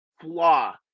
flaw